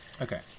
Okay